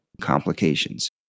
complications